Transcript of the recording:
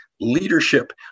leadership